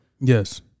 Yes